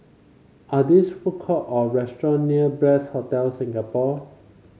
are there food court or restaurant near Bliss Hotel Singapore